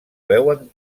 veuen